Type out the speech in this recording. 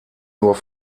nur